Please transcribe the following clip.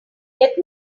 get